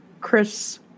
Chris